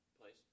place